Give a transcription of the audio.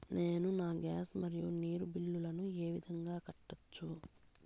నేను నా గ్యాస్, మరియు నీరు బిల్లులను ఏ విధంగా కట్టొచ్చు?